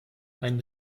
einen